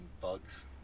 bugs